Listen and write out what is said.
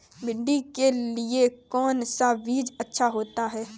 भिंडी के लिए कौन सा बीज अच्छा होता है?